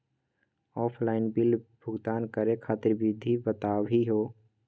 Offline bill भुगतान करे खातिर विधि बताही हो?